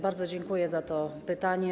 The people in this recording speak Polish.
Bardzo dziękuję za to pytanie.